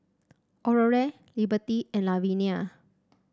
Aurore Liberty and Lavinia